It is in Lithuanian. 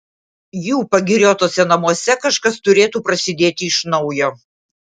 jų pagiriotuose namuose kažkas turėtų prasidėti iš naujo